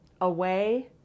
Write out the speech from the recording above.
away